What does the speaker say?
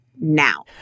now